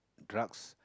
drugs